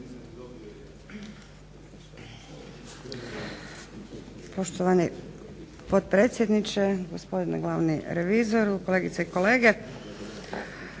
Poštovani potpredsjedniče, gospodine glavni revizore, kolegice i kolege.